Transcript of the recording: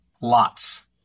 Lots